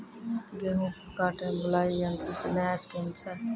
गेहूँ काटे बुलाई यंत्र से नया स्कीम छ?